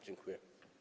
Dziękuję.